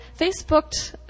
Facebooked